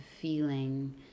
feeling